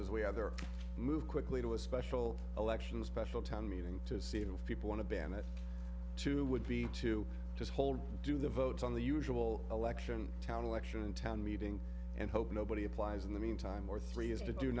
choices we either move quickly to a special elections special town meeting to see if people want to ban it too would be to just hold do the votes on the usual election town election town meeting and hope nobody applies in the meantime or three is to do